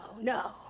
no